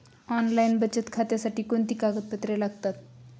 Online बचत खात्यासाठी कोणती कागदपत्रे लागतात?